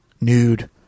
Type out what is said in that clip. nude